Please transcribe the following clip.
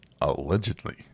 Allegedly